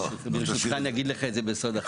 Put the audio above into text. אני אגיד לך את זה בסוד אחר כך.